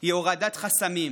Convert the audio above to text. היא הורדת חסמים,